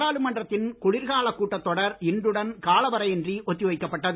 நாடாளுமன்றத்தின் குளிர்காலக் கூட்டத் தொடர் இன்றுடன் காலவரையின்றி ஒத்திவைக்கப் பட்டது